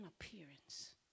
appearance